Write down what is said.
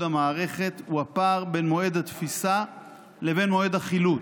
המערכת הוא הפער בין מועד התפיסה לבין מועד החילוט.